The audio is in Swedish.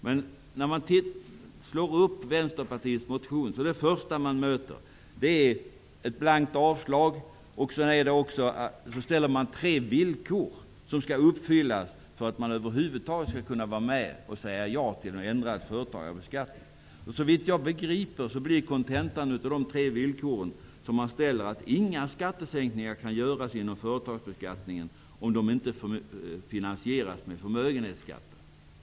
Men när man slår upp Vänsterpartiets motion är det första man möter ett blankt avslag och tre villkor som skall uppfyllas för att Vänsterpartiet över huvud taget skall kunna vara med och säga ja till en ändrad företagsbeskattning. Såvitt jag begriper blir kontentan av de tre villkor som man ställer att inga skattesänkningar kan göras inom företagsbeskattningen om de inte finansieras med förmögenhetsskatter.